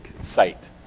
site